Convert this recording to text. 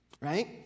right